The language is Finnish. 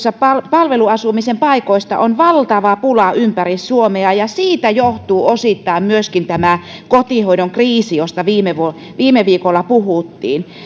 palveluasumisen paikoista on valtava pula ympäri suomea ja siitä johtuu osittain myöskin tämä kotihoidon kriisi josta viime viikolla puhuttiin